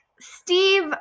Steve